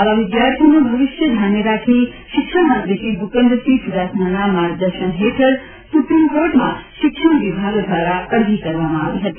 આવા વિદ્યાર્થીઓનું ભવિષ્યો ધ્યાને રાખી શિક્ષણમંત્રી શ્રી ભૂપેન્દ્રસિંહ ચુડાસમાના માર્ગદર્શન હેઠળ સુપ્રિમ કોર્ટમાં શિક્ષણ વિભાગ દ્વારા અરજી કરવામાં આવેલ હતી